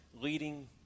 leading